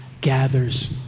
gathers